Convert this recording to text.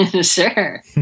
sure